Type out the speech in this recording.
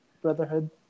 brotherhood